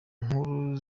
nkuru